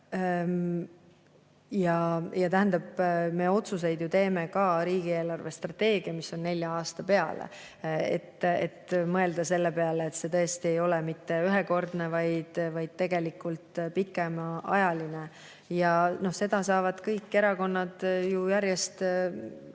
kes siin on. Me otsuseid ju teeme ka riigi eelarvestrateegias, mis on nelja aasta peale, et mõelda sellele, et see kõik tõesti ei ole mitte ühekordne, vaid tegelikult pikemaajaline. Seda saavad kõik erakonnad ju järjest